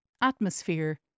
atmosphere